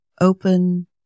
open